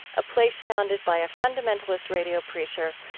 a place founded by a fundamentalist radio preacher,